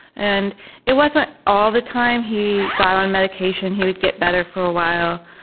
and it wasn't all the time, he got on medication, he would get better for a while,